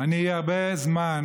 אני הרבה זמן